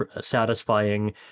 satisfying